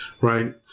right